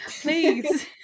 please